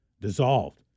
dissolved